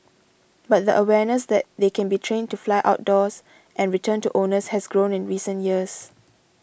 but the awareness that they can be trained to fly outdoors and return to owners has grown in recent years